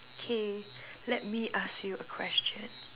okay let me ask you a question